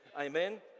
Amen